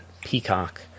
Peacock